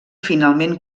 finalment